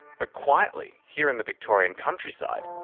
but quietly, here in the victorian countryside,